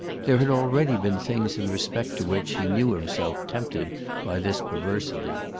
there had already been things in respect to which he knew himself tempted by this perversity.